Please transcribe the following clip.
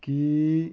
ਕੀ